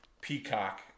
Peacock